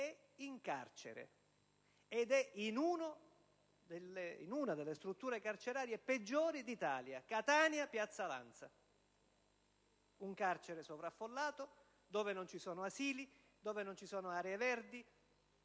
è in carcere in una delle strutture carcerarie peggiori d'Italia, Catania Piazza Lanza. È un carcere sovraffollato, dove non ci sono asili, aree verdi